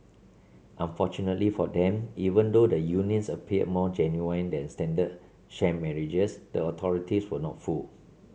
unfortunately for them even though the unions appeared more genuine than standard sham marriages the authorities were not fooled